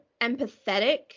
empathetic